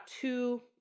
two